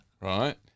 Right